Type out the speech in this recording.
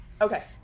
Okay